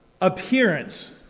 appearance